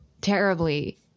terribly